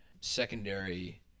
secondary